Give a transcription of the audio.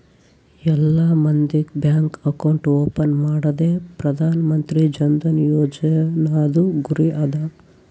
ಎಲ್ಲಾ ಮಂದಿಗ್ bank account open ಮಾಡದೆ ಪ್ರಧಾನ್ ಮಂತ್ರಿ ಜನ್ ಧನ ಯೋಜನಾದು ಗುರಿ ಅದ